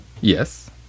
Yes